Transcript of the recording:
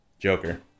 Joker